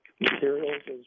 materials